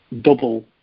double